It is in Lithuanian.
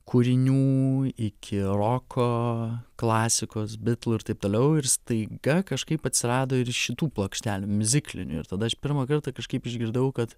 kūrinių iki roko klasikos bitlų ir taip toliau ir staiga kažkaip atsirado ir šitų plokštelių miuziklinių ir tada aš pirmą kartą kažkaip išgirdau kad